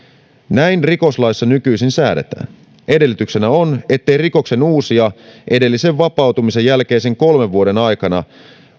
näin rikoslaissa nykyisin säädetään edellytyksenä on ettei rikoksenuusija edellisen vapautumisen jälkeisen kolmen vuoden aikana